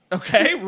okay